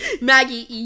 Maggie